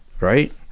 Right